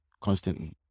constantly